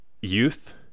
youth